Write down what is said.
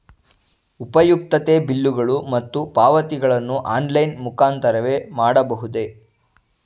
ಉಪಯುಕ್ತತೆ ಬಿಲ್ಲುಗಳು ಮತ್ತು ಪಾವತಿಗಳನ್ನು ಆನ್ಲೈನ್ ಮುಖಾಂತರವೇ ಮಾಡಬಹುದೇ?